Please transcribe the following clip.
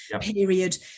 period